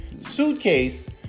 suitcase